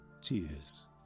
tears